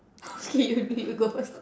okay okay you go first